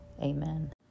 Amen